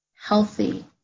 healthy